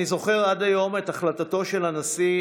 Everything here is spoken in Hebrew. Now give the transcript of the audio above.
אני זוכר עד היום את החלטתו של הנשיא